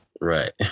Right